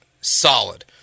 solid